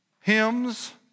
hymns